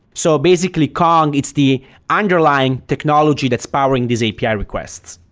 so basically kong, it's the underlying technology that's powering these api requests.